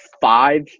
five